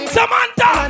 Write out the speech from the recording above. Samantha